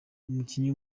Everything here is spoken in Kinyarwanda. umukinnyi